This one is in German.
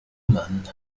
mann